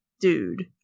dude